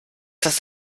das